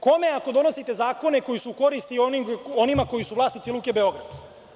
Kome, ako donosite zakone koji su u koristi onima koji su vlasnici Luke „Beograd“